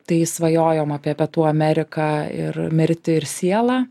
tai svajojom apie pietų ameriką ir mirtį ir sielą